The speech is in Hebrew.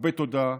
הרבה תודה,